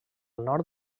nord